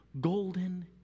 golden